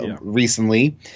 recently